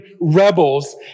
rebels